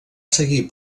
seguir